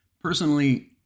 Personally